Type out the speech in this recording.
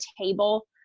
table